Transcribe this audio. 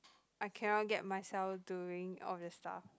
I cannot get myself doing all the stuff